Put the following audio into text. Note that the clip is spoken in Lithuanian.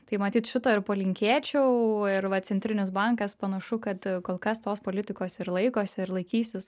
tai matyt šito ir palinkėčiau ir va centrinis bankas panašu kad kol kas tos politikos ir laikosi ir laikysis